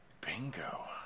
bingo